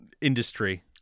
industry